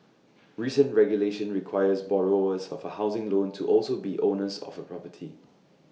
recent regulation requires borrowers of A housing loan to also be owners of A property